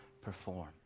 perform